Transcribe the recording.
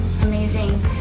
Amazing